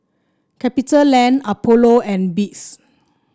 Capitaland Apollo and Beats